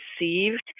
received